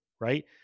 right